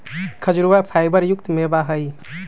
खजूरवा फाइबर युक्त मेवा हई